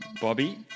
Bobby